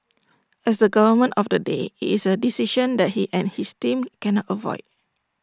as the government of the day IT is A decision that he and his team cannot avoid